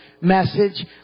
message